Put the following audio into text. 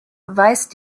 weist